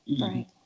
Right